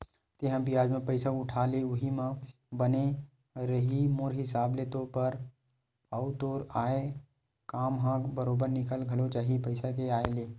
तेंहा बियाज म पइसा उठा ले उहीं बने रइही मोर हिसाब ले तोर बर, अउ तोर आय काम ह बरोबर निकल घलो जाही पइसा के आय ले